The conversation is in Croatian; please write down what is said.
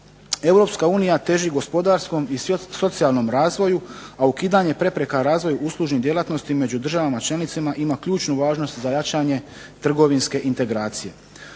Europska unija teži gospodarskom i socijalnom razvoju, a ukidanje prepreka razvoju uslužne djelatnosti među državama članicama ima ključnu važnost za jačanje trgovinske integracije.